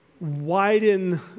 widen